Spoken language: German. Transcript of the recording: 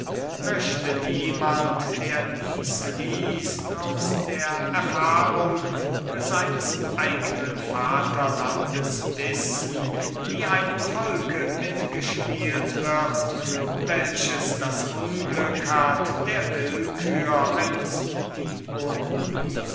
möchte niemand der dieses liest aus der erfahrung seines eignen vaterlands wissen wie einem volke mitgespielt wird welches das unglück hat der willkür eines